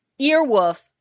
Earwolf